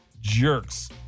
Jerks